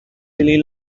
really